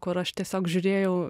kur aš tiesiog žiūrėjau